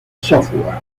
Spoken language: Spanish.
software